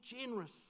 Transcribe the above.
generous